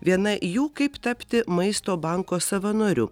viena jų kaip tapti maisto banko savanoriu